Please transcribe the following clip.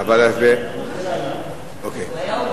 אוקיי.